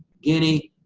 guinea,